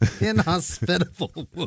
Inhospitable